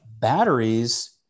Batteries